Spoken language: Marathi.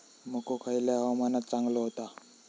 मको खयल्या हवामानात चांगलो होता?